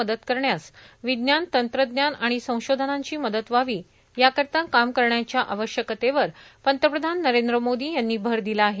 मदत करण्यास विज्ञान तंत्रज्ञान आणि संशोधनांची मदत व्हावी याकरीता काम करण्याच्या आवश्यकतेवर पंतप्रधान नरेंद्र मोदी यांनी भर दिला आहे